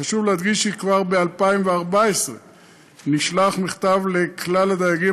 חשוב להדגיש כי כבר ב-2014 נשלח מכתב לכלל הדייגים